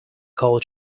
cold